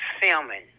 filming